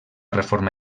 reforma